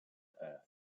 earth